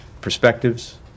perspectives